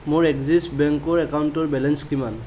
মোৰ এক্সিছ বেংকৰ একাউণ্টৰ বেলেঞ্চ কিমান